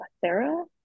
Sarah